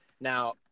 Now